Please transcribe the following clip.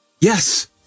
Yes